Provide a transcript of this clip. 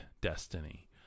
destiny